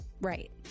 right